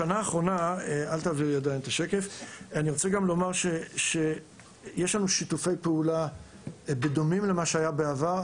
אני רוצה גם לומר שיש לנו שיתופי פעולה דומים למה שהיה בעבר,